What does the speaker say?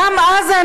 מתברר שאין אזורים